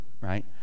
right